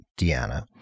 Deanna